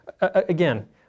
again